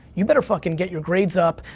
you better fucking get your grades up,